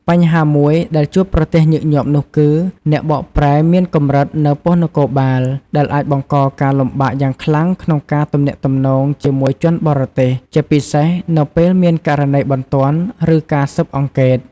បញ្ហាមួយដែលជួបប្រទះញឹកញាប់នោះគឺ អ្នកបកប្រែមានកម្រិតនៅប៉ុស្តិ៍នគរបាលដែលអាចបង្កការលំបាកយ៉ាងខ្លាំងក្នុងការទំនាក់ទំនងជាមួយជនបរទេស ជាពិសេសនៅពេលមានករណីបន្ទាន់ ឬការស៊ើបអង្កេត។